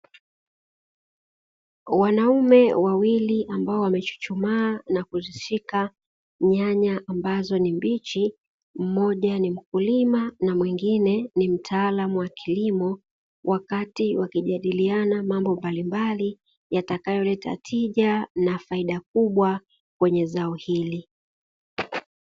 Wanaume wawili ambao wamechuchumaa na kuzishika nyanya ambazo ni mbichi, mmoja ni mkulima na mwingine ni mtaalamu wa kilimo, wakati wakijadiliana mambo mbalimbali yatakayoleta tija na faida kubwa kwenye zao hili.